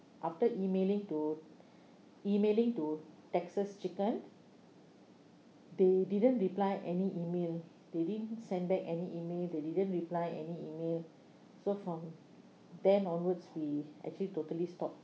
after emailing to emailing to texas chicken they didn't reply any email they didn't send back any email they didn't reply any email so from then onwards we actually totally stop